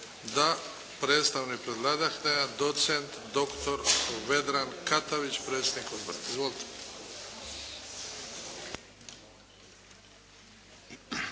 Da. Predstavnik predlagatelja, docent Vedran Katavić predsjednik Odbora. Izvolite.